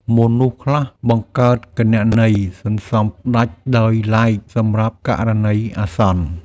មនុស្សខ្លះបង្កើតគណនីសន្សំដាច់ដោយឡែកសម្រាប់ករណីអាសន្ន។